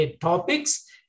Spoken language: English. topics